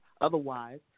Otherwise